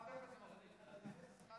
מתן כהנא, ג'אבר עסאקלה, היבה יזבק, אוסאמה